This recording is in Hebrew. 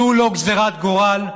זו לא גזרת גורל.